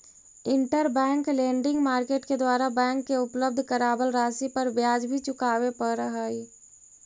interbank lending market के द्वारा bank के उपलब्ध करावल राशि पर ब्याज भी चुकावे पड़ऽ हइ